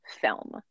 film